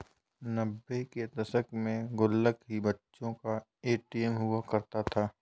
नब्बे के दशक में गुल्लक ही बच्चों का ए.टी.एम हुआ करता था